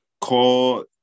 Call